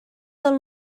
del